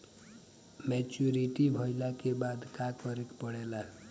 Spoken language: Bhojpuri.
मैच्योरिटी भईला के बाद का करे के पड़ेला?